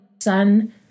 sun